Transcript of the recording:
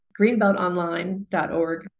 Greenbeltonline.org